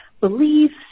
beliefs